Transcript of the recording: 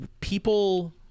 people